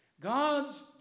God's